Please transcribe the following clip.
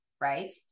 right